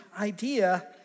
idea